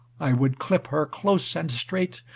i would clip her close and strait,